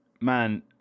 man